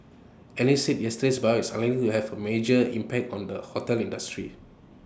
analysts said yesterday's buyout is unlikely to have A major impact on the hotel industry